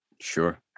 Sure